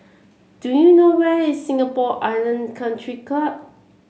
do you know where is Singapore Island Country Club